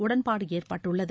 உடன்பாடு ஏற்பட்டுள்ளது